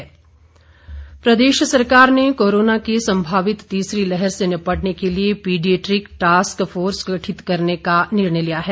task force प्रदेश सरकार ने कोरोना की संभावित तीसरी लहर से निपटने के लिए पीडीऐट्रीक टास्क फोर्स गठित करने का निर्णय लिया है